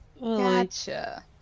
Gotcha